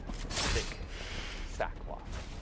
thick sackcloth.